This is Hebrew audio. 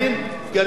כי אתם מפריעים.